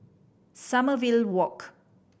Sommerville Walk